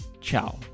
Ciao